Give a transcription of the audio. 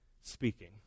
speaking